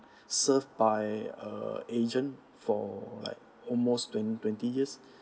served by a agent for like almost twenty twenty years